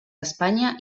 espanya